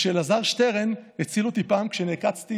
ושאלעזר שטרן הציל אותי פעם כשנעקצתי